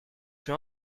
suis